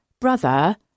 brother